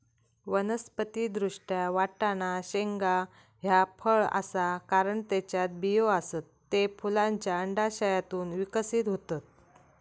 वनस्पति दृष्ट्या, वाटाणा शेंगा ह्या फळ आसा, कारण त्येच्यात बियो आसत, ते फुलांच्या अंडाशयातून विकसित होतत